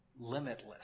limitless